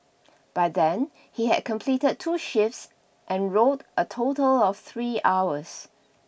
by then he had completed two shifts and rowed a total of three hours